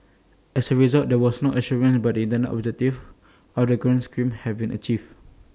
as A result there was no assurance but intended objectives of the grant schemes had been achieved